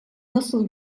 nasıl